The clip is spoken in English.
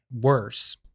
worse